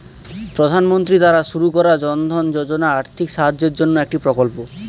প্রধানমন্ত্রী দ্বারা শুরু করা জনধন যোজনা আর্থিক সাহায্যের জন্যে একটি প্রকল্প